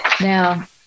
Now